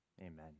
amen